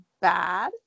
bad